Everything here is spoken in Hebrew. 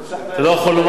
אתה לא יכול לומר שלא.